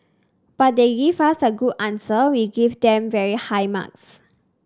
but they give us a good answer we give them very high marks